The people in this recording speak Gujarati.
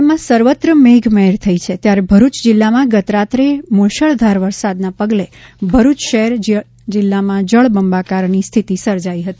રાજ્યમાં સર્વત્ર મેઘ મહેર થઈ રહી છે ત્યારે ભરૂચ જિલ્લામાં ગતરાત્રે મૂશળધાર વરસાદના પગલે ભરૂચ શહેર જિલ્લામાં જળબંબાકારની સ્થિતિ સર્જાઈ હતી